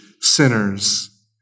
sinners